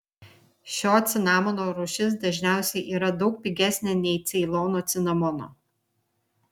šio cinamono rūšis dažniausiai yra daug pigesnė nei ceilono cinamono